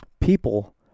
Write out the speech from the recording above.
people